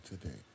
today